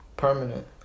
permanent